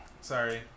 sorry